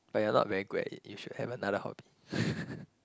but you're not very good at it you should have another hobby